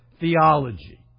theology